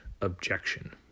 objection